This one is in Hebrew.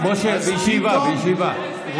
--- אתה לא מתבייש, הקמת ממשלה עם מנסור עבאס.